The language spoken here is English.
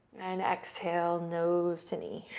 and exhale, nose to knee.